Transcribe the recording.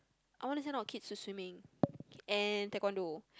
I wanna send all our kids to swimming and taekwondo